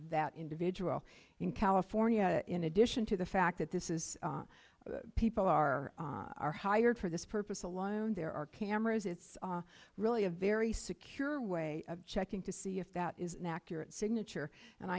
that individual in california in addition to the fact that this is people are are hired for this purpose alone there are cameras it's really a very secure way of checking to see if that is an accurate